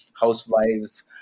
housewives